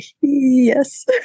yes